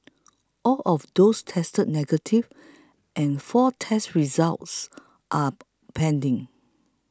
all of those tested negative and four test results are pending